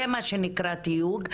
זה מה שנקרא תיוג,